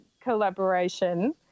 collaboration